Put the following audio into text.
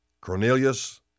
Cornelius